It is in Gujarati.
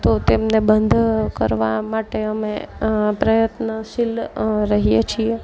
તો તેમને બંધ કરવા માટે અમે પ્રયત્નશીલ રહીએ છીએ